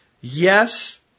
yes